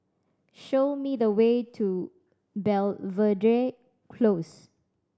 show me the way to Belvedere Close